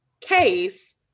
case